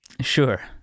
sure